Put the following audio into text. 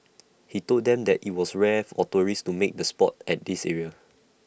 he told them that IT was rare of tourists to make the Sport at this area